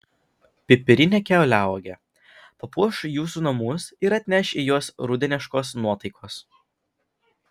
pipirinė kiauliauogė papuoš jūsų namus ir atneš į juos rudeniškos nuotaikos